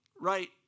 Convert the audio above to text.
right